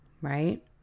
right